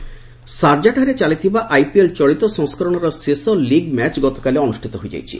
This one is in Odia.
ଆଇପିଏଲ୍ ସାରଜାଠାରେ ଚାଲିଥିବା ଆଇପିଏଲ୍ ଚଳିତ ସଂସ୍କରଣର ଶେଷ ଲିଗ୍ ମ୍ୟାଚ୍ ଗତକାଲି ଅନୁଷ୍ଠିତ ହୋଇଯାଇଛି